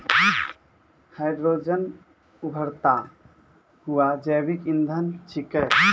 hydrogen उभरता हुआ जैविक इंधन छिकै